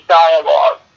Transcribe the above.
dialogue